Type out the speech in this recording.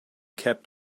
kept